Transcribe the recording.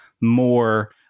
more